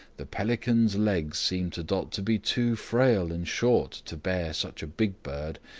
the pelican's legs seemed to dot to be too frail and short to bear such a big bird,